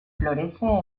florece